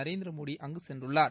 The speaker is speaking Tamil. நரேந்திரமோடி அங்கு சென்றுள்ளார்